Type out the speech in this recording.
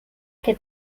que